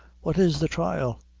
what is the thrial?